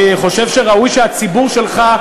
אני חושב שראוי שהציבור שלך,